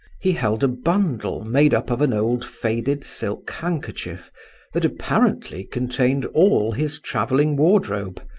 he held a bundle made up of an old faded silk handkerchief that apparently contained all his travelling wardrobe,